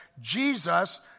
Jesus